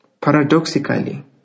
Paradoxically